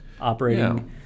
operating